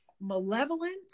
malevolent